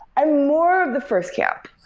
i'm more of the first camp,